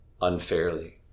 Unfairly